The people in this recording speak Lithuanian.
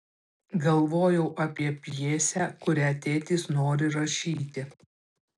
galvojau apie pjesę kurią tėtis nori rašyti